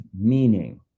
meaning